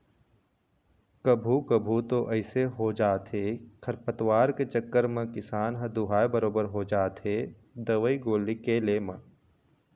कभू कभू तो अइसे हो जाथे खरपतवार के चक्कर म किसान ह दूहाय बरोबर हो जाथे दवई गोली के ले म